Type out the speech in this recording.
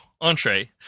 entree